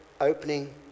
opening